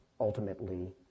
ultimately